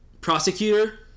prosecutor